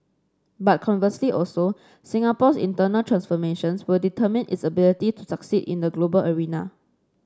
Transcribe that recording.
but conversely also Singapore's internal transformations will determine its ability to succeed in the global arena